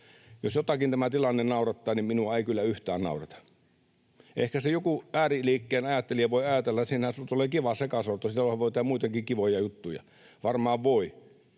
Jos jotakin tämä tilanne naurattaa, niin minua ei kyllä yhtään naurata. Ehkä joku ääriliikkeen ajattelija voi ajatella, että siinähän tulee kiva sekasorto, sittenhän voi tehdä muitakin kivoja juttuja. Varmaan voi,